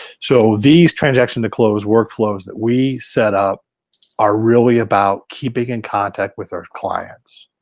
so these transaction to close workflows that we setup are really about keeping in contact with our clients.